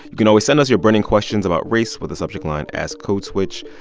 you can always send us your burning questions about race with the subject line ask code switch.